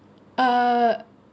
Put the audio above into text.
uh